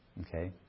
Okay